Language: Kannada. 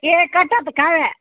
ಏ ಕಟ್ಟಾತ್ ಕಾವ್ಯ